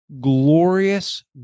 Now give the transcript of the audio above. glorious